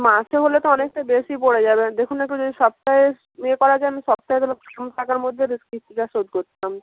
মাসে হলে তো অনেকটা বেশি পড়ে যাবে দেখুন না একটু যদি সপ্তাহে ইয়ে করা যায় আমি সপ্তাহে তাহলে কম টাকার মধ্যে বেশ কিস্তিটা শোধ করতাম